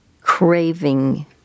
craving